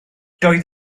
doedd